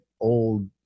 old